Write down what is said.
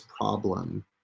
problem